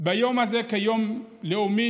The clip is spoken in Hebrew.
ביום הזה כיום לאומי,